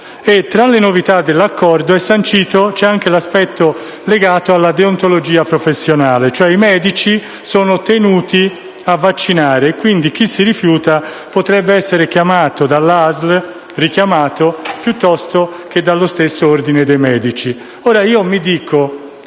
Tra le novità dell'accordo vi è anche l'aspetto legato alla deontologia professionale, cioè i medici sono tenuti a vaccinare e quindi chi si rifiuta potrebbe essere richiamato dall'ASL piuttosto che dallo stesso ordine dei medici.